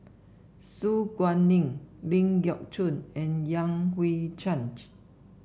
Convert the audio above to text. Su Guaning Ling Geok Choon and Yan Hui Change